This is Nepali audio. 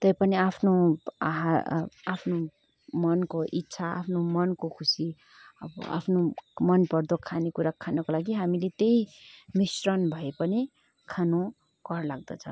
त्यही पनि आफ्नो आहा आफ्नो मनको इच्छा आफ्नो मनको खुसी अब आफ्नो मनपर्दो खानेकुरा खानको लागि हामीले त्यही मिश्रण भए पनि खानु कर लाग्दछ